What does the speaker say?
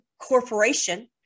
corporation